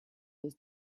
was